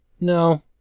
No